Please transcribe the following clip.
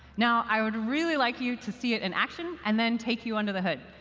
now, i would really like you to see it in action and then take you under the hood.